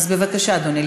בבקשה, אדוני.